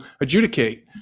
adjudicate